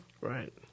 Right